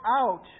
out